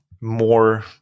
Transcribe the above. more